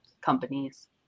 companies